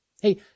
Hey